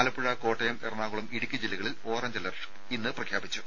ആലപ്പുഴ കോട്ടയം എറണാകുളം ഇടുക്കി ജില്ലകളിൽ orange alert പ്രഖ്യാപിച്ചു